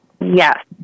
Yes